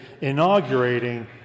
inaugurating